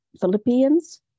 Philippians